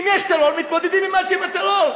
אם יש טרור, מתמודדים עם הטרור.